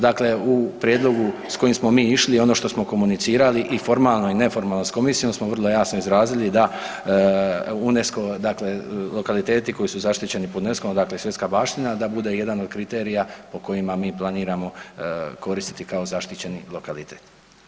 Dakle, u prijedlogu s kojim smo mi išli i ono što smo komunicirali i formalno i neformalno s komisijom smo vrlo jasno izrazili da UNESCO dakle lokaliteti koji su zaštićeni pod UNESCO-m dakle svjetska baština da bude jedan od kriterija po kojima mi planiramo koristiti kao zaštićeni lokalitet.